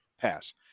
pass